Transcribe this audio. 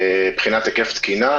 בחינת היקף תקינה,